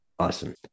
Awesome